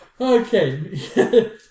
Okay